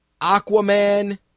Aquaman